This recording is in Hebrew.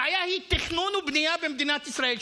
הבעיה היא התכנון והבנייה במדינת ישראל,